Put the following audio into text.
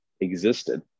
existed